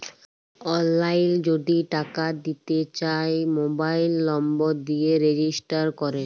অললাইল যদি টাকা দিতে চায় মবাইল লম্বর দিয়ে রেজিস্টার ক্যরে